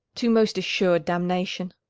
to most assur'd damnation?